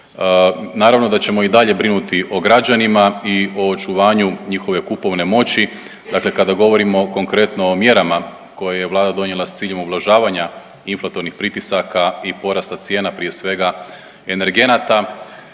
Naravno da ćemo i dalje brinuti o građanima i o očuvanju njihove kupovne moći. Dakle, kada govorimo konkretno o mjerama koje je Vlada donijela sa ciljem ublažavanja inflatornih pritisaka i porasta cijena prije svega energenata